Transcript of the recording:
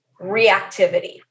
reactivity